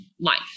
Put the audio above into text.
life